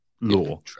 law